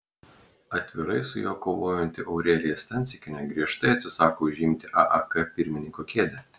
atvirai su juo kovojanti aurelija stancikienė griežtai atsisako užimti aak pirmininko kėdę